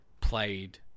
played